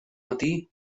matí